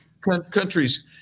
countries